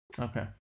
Okay